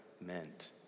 meant